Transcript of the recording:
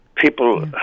People